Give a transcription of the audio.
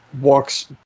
walks